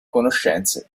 conoscenze